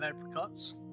apricots